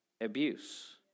abuse